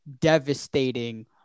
devastating